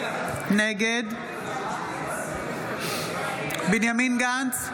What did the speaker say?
נגד בנימין גנץ,